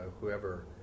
whoever